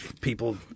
people